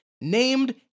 named